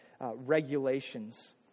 regulations